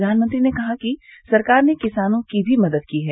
प्रधानमंत्री ने कहा कि सरकार ने किसानों की भी मदद की है